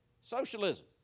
socialism